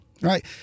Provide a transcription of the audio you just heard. right